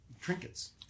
trinkets